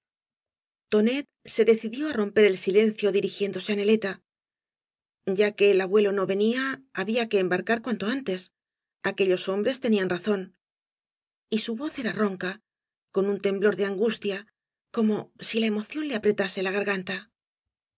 tonet se decidió á romper el silencio dirigiéndose á neleta ya que el abuelo no venía había que embarcar cuanto antes aquellos hombres tenían razón y su voz era ronca con un temblor de angustia como si la emoción le apretase la garganta